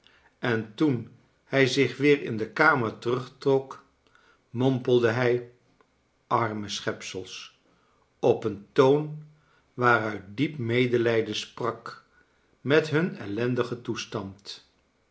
en toen hij zich weer in de kamer terugtrok mompelde hij arme schepsels op een toon waaruit diep medelijden sprak met hun ellendigen toestand